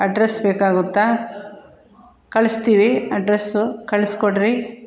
address ಬೇಕಾಗುತ್ತಾ ಕಳಿಸ್ತೀವಿ address ಕಳ್ಸಿಕೊಡ್ರಿ